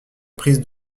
prise